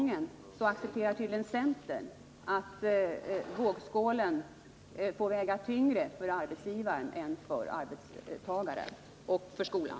Centern accepterar tydligen att vågskålen får väga tyngre för arbetsgivaren än för arbetstagaren och för skolan.